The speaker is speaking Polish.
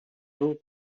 był